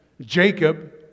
Jacob